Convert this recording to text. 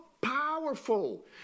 powerful